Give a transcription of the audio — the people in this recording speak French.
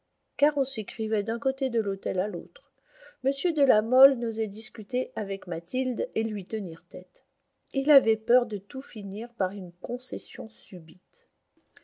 car on s'écrivait d'un côté de l'hôtel à l'autre m de la mole n'osait discuter avec mathilde et lui tenir tête il avait peur de tout finir par une concession subite